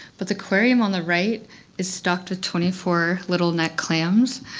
but the aquarium on the right is stocked with twenty four littleneck clams.